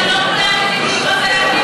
לא כולם יכולים להיכנס.